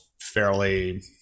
fairly